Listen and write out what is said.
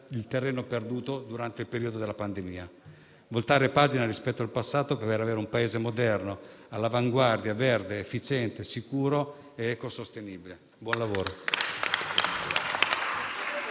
il terreno perduto durante il periodo della pandemia; occorre voltare pagina rispetto passato per avere un Paese moderno, all'avanguardia, verde, efficiente, sicuro ed ecosostenibile. Buon lavoro.